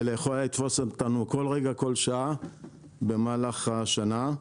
אלא יכולה לתפוס אותנו כל רגע, כל שעה במהלך השנה,